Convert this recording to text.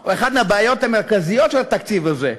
או אחת מהבעיות המרכזיות של התקציב הזה,